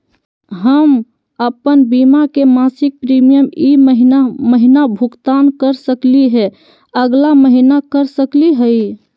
हम अप्पन बीमा के मासिक प्रीमियम ई महीना महिना भुगतान कर सकली हे, अगला महीना कर सकली हई?